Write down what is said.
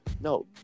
No